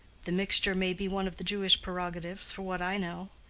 the mixture may be one of the jewish prerogatives, for what i know.